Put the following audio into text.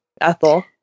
Ethel